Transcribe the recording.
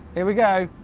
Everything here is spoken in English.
here we go.